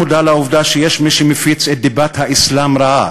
מודע לעובדה שיש מי שמפיץ את דיבת האסלאם רעה,